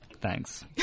Thanks